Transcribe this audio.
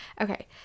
okay